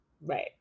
Right